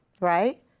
right